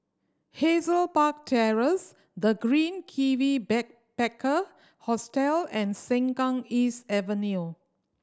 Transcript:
Hazel Park Terrace The Green Kiwi Backpacker Hostel and Sengkang East Avenue